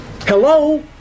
Hello